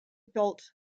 built